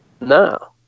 No